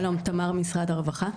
שלום, תמר להבי ממשרד הרווחה.